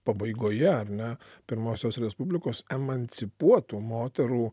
pabaigoje ar ne pirmosios respublikos emancipuotų moterų